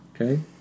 Okay